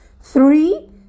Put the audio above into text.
Three